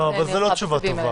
לא, אבל זה לא תשובה טובה.